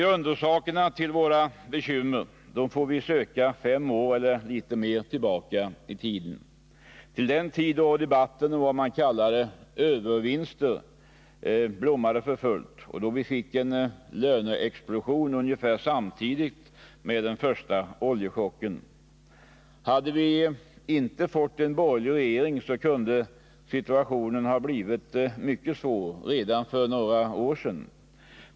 Grundorsakerna till våra bekymmer får vi söka fem år eller litet mer tillbaka i tiden, till den tid då debatten om vad man kallade övervinster blommade för fullt och då vi fick en löneexplosion ungefär samtidigt med den första oljechocken. Hade vi inte fått en borgerlig regering. kunde situationen ha blivit mycket svår redan för några år sedan.